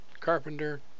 carpenter